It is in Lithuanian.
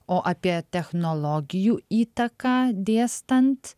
o apie technologijų įtaką dėstant